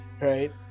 right